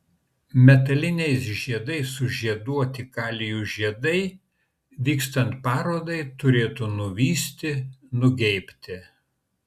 metaliniais žiedais sužieduoti kalijų žiedai vykstant parodai turėtų nuvysti nugeibti